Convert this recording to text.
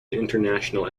international